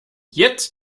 jetzt